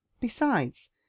Besides